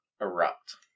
erupt